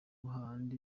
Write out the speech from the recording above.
hahandi